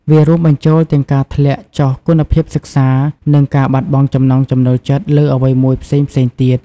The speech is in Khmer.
វារួមបញ្ចូលទាំងការធ្លាក់ចុះគុណភាពសិក្សា និងការបាត់បង់ចំណង់ចំណូលចិត្តលើអ្វីមួយផ្សេងៗទៀត។